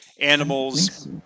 animals